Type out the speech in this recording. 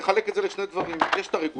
יש לחלק את זה לשני דברים: יש את הרגולציה,